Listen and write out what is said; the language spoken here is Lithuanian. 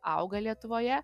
auga lietuvoje